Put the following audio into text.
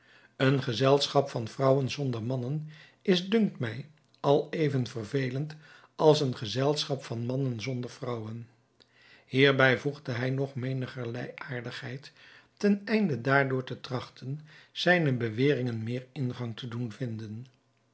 een gezelschap van vrouwen zonder mannen is dunkt mij al even vervelend als een gezelschap van mannen zonder vrouwen hierbij voegde hij nog menigerlei aardigheid ten einde daardoor te trachten zijne beweringen meer ingang te doen vinden